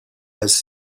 has